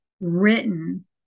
written